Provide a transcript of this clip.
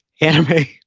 anime